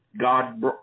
God